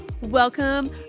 Welcome